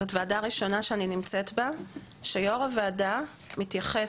זאת ועדה ראשונה שאני נמצאת בה שיו"ר הוועדה מתייחס